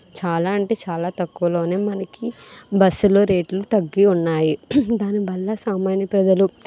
చాలా అంటే చాలా తక్కువలోనే మనకి బస్సులో రేట్లు తగ్గి ఉన్నాయి దానివల్ల సామాన్య ప్రజలు